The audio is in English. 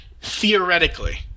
theoretically